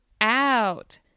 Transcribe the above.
out